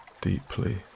deeply